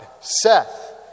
Seth